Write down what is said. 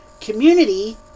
community